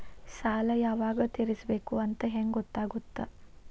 ಸಾಲ ಯಾವಾಗ ತೇರಿಸಬೇಕು ಅಂತ ಹೆಂಗ್ ಗೊತ್ತಾಗುತ್ತಾ?